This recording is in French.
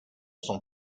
son